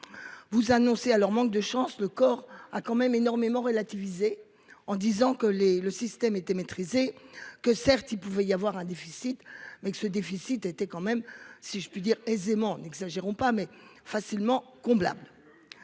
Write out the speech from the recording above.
Vous annoncer à leur manque de chance, le corps a quand même énormément relativiser en disant que les le système était maîtrisé que certes il pouvait y avoir un déficit mais que ce déficit était quand même si je puis dire aisément, n'exagérons pas mais facilement qu'on blâme.